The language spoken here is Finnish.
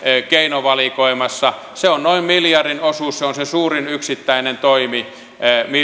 keinovalikoimassa se on noin miljardin osuus se on se suurin yksittäinen toimi